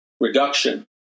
reduction